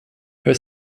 her